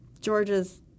George's